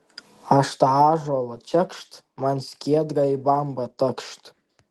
aš tą ąžuolą čekšt man skiedra į bambą takšt